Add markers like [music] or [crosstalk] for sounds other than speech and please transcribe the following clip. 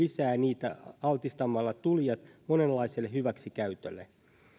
[unintelligible] lisää niitä altistamalla tulijat monenlaiselle hyväksikäytölle